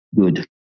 good